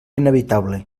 inevitable